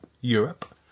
Europe